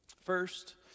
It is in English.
First